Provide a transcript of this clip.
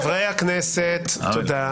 חברי הכנסת, תודה.